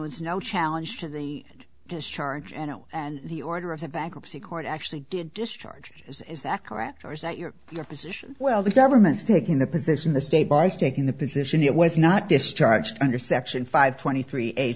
was no challenge to the discharge and and the order of the bankruptcy court actually did discharge is is that correct or is that your your position well the government's taking the position the state by state in the position it was not discharged under section five twenty three